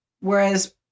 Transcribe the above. whereas